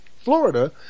Florida